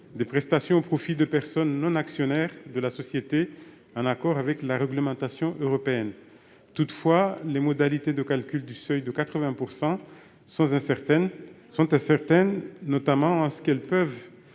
des prestations au profit de personnes non actionnaires de la société, en accord avec la réglementation européenne. Toutefois, les modalités de calcul du seuil de 80 % sont incertaines, notamment en ce qu'elles peuvent